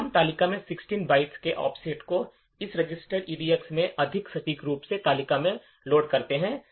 फिर हम तालिका में 16 बाइट्स के ऑफसेट को इस रजिस्टर EDX में अधिक सटीक रूप से तालिका में लोड करते हैं